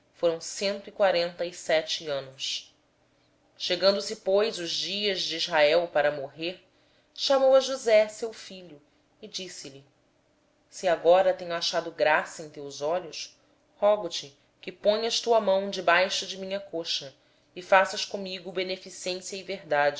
foram cento e quarenta e sete anos quando se aproximava o tempo da morte de israel chamou ele a josé seu filho e disse-lhe se tenho achado graça aos teus olhos põe a mão debaixo da minha coxa e usa para comigo de benevolência e de verdade